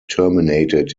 terminated